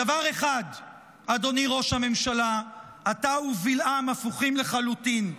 בדבר אחד אתה ובלעם הפוכים לחלוטין,